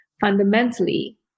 fundamentally